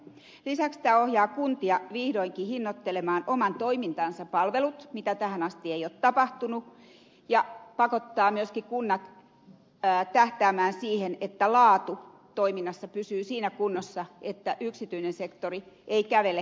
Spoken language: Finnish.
lisäksi tämä ohjaa kuntia vihdoinkin hinnoittelemaan oman toimintansa palvelut mitä tähän asti ei ole tapahtunut ja pakottaa myöskin kunnat tähtäämään siihen että laatu toiminnassa pysyy siinä kunnossa että yksityinen sektori ei kävele yli